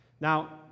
Now